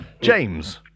James